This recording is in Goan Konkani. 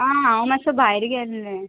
आं हांव मातसो भायर गेल्लें